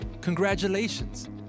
congratulations